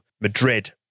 Madrid